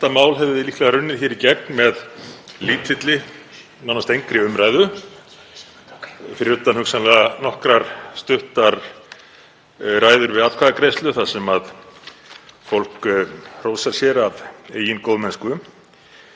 Þetta mál hefði líklega runnið hér í gegn með lítilli eða nánast engri umræðu, fyrir utan hugsanlega nokkrar stuttar ræður við atkvæðagreiðslu þar sem fólk hrósar sér af eigin góðmennsku,